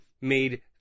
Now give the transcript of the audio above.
made